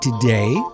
today